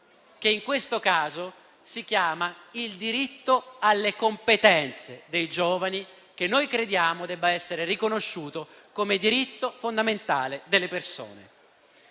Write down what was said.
che, in questo caso, si chiama il diritto alle competenze dei giovani, che noi crediamo debba essere riconosciuto come diritto fondamentale delle persone.